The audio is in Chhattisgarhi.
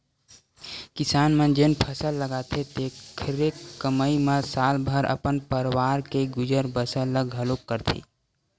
किसान मन जेन फसल लगाथे तेखरे कमई म साल भर अपन परवार के गुजर बसर ल घलोक करथे